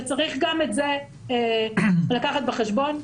וצריך גם את זה לקחת בחשבון.